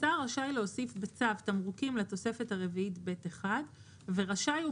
השר רשאי להוסיף בצו תמרוקים לתוספת הרביעית ב'1 ורשאי הוא